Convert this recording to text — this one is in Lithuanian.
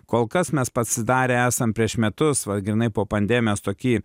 kol kas mes pasidarę esam prieš metus va grynai po pandemijos tokį